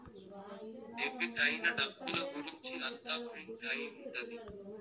debit అయిన డబ్బుల గురుంచి అంతా ప్రింట్ అయి ఉంటది